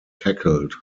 tackled